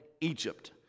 Egypt